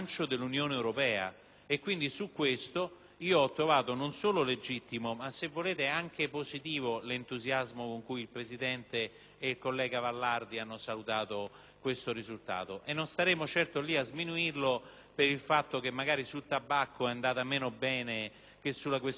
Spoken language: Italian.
europea. Su questo ho trovato non solo legittimo, ma anche positivo - se volete - l'entusiasmo con cui il Presidente e il collega Vallardi hanno salutato questo risultato. Non staremo a sminuirlo per il fatto che sul tabacco è andata meno bene che sulla questione delle quote latte.